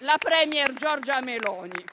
la *premier* Giorgia Meloni.